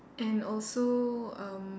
and also um